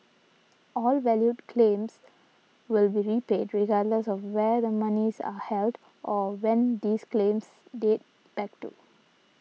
all valid claims will be repaid regardless of where the monies are held or when these claims date back to